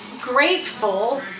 grateful